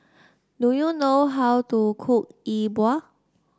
do you know how to cook E Bua